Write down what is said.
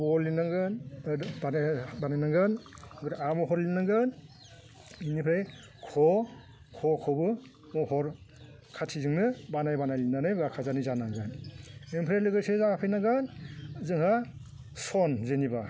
ब' लिरनांगोन बानाय बानायनांगोन ओमफ्राय आ महर लिरनांगोन बिनिफ्राय ख' खखौबो महर खाथिजोंनो बानाय बानाय लिरनानै बाखाजानि जानांगोन ओमफ्राय लोगोसे जोंहा फैनांगोन जोंहा सन जेनेबा